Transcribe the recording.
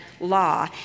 Law